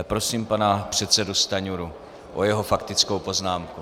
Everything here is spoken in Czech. Prosím pana předsedu Stanjuru o jeho faktickou poznámku.